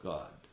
God